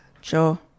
Sure